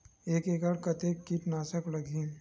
एक एकड़ कतेक किट नाशक लगही?